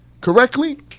correctly